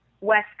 West